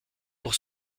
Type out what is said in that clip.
pour